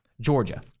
Georgia